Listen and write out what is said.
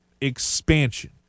expansion